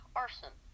arson